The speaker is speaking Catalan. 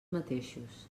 mateixos